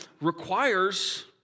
requires